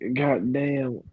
goddamn